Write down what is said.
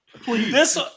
Please